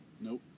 Nope